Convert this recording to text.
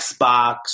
Xbox